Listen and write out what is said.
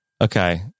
okay